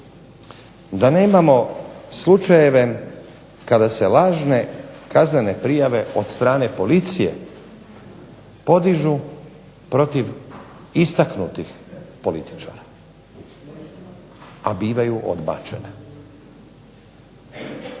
da nemamo slučajeve kada se lažne kaznene prijave od strane policije podižu protiv istaknutih političara, a bivaju odbačene.